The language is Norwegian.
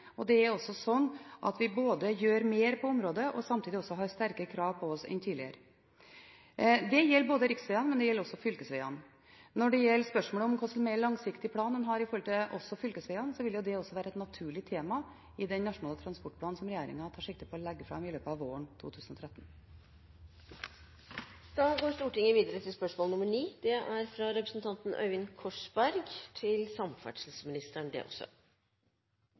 Det er også slik at vi både gjør mer på området og samtidig har sterkere krav til oss enn tidligere. Det gjelder ikke bare riksveiene, men også fylkesveiene. Når det gjelder spørsmålet om hvilken mer langsiktig plan en har med tanke på også fylkesveiene, vil det være et naturlig tema i den nasjonale transportplanen som regjeringen tar sikte på å legge fram i løpet av våren 2013. Jeg har følgende spørsmål til samferdselsministeren: «Hjemmetjenesten i Tromsø kommune har tidligere hatt dispensasjon fra skiltforskriften. Politiet kom frem til